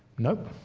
nope.